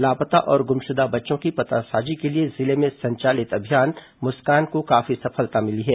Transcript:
लापता और गुमशुदा बच्चों की पतासाजी के लिए जिले में संचालित अभियान मुस्कान को काफी सफलता मिली है